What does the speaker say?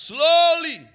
Slowly